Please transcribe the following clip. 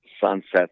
Sunsets